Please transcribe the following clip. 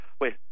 Wait